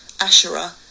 Asherah